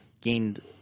gained